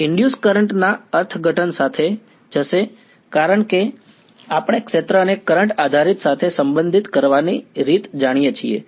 induced current ના અર્થઘટન સાથે જશે કારણ કે આપણે ક્ષેત્રને કરંટ અધિકાર સાથે સંબંધિત કરવાની રીત જાણીએ છીએ